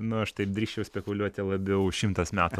nu aš taip drįsčiau spekuliuoti labiau šimtas metų